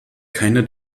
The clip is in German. keine